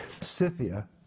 Scythia